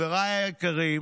חבריי היקרים